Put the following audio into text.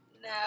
No